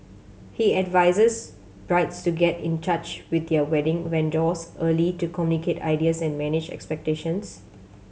he advises brides to get in touch with their wedding vendors early to communicate ideas and manage expectations